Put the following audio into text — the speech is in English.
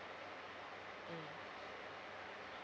mm